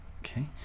Okay